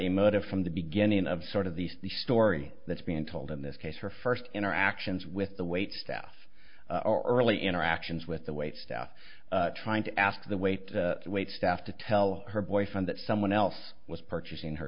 a motive from the beginning of sort of these the story that's being told in this case her first interactions with the wait staff are early interactions with the wait staff trying to ask the wait wait staff to tell her boyfriend that someone else was purchasing her